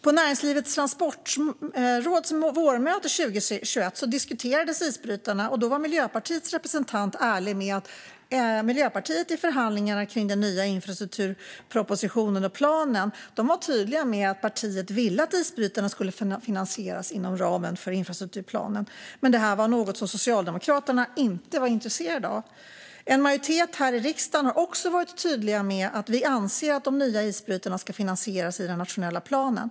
På Näringslivets Transportråds vårmöte 2021 diskuterades isbrytarna. Då var Miljöpartiets representant ärlig med att Miljöpartiet i förhandlingarna kring den nya infrastrukturpropositionen och planen var tydligt med att partiet ville att isbrytarna skulle finansieras inom ramen för infrastrukturplanen men att det var något som Socialdemokraterna inte var intresserade av. En majoritet här i riksdagen har varit tydlig med att vi anser att de nya isbrytarna ska finansieras i den nationella planen.